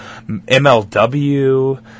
MLW